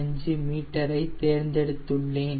185 metre ஐ தேர்ந்தெடுத்துள்ளேன்